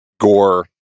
gore